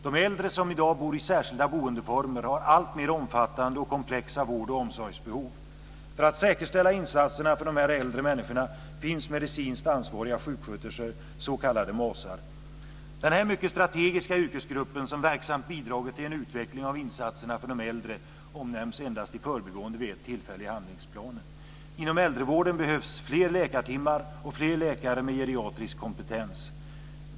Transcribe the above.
De äldre som i dag bor i särskilda boendeformer har alltmer omfattande och komplexa vård och omsorgsbehov. För att säkerställa insatserna för dessa äldre människor finns medicinskt ansvariga sjuksköterskor, s.k. MAS:ar. Denna mycket strategiska yrkesgrupp som verksamt bidragit till en utveckling av insatserna för de äldre omnämns endast i förbigående vid ett tillfälle i handlingsplanen. Inom äldrevården behövs fler läkartimmar och fler läkare med geriatrisk kompetens.